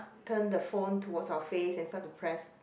turn the phone towards our face and start to press